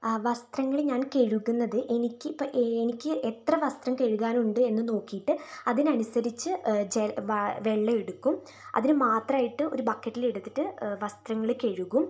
വസ്ത്രങ്ങൾ ഞാൻ കഴുകുന്നത് എനിക്കിപ്പോ എനിക്ക് എത്ര വസ്ത്രം കെഴുകാനുണ്ട് എന്നു നോക്കീട്ടു അതിനു അനുസരിച്ചു വെള്ളം എടുക്കും അതിനു മാത്രായിട്ടു ഒരു ബക്കറ്റിൽ എടുത്തിട്ടു വസ്ത്രങ്ങൾ കെഴുകും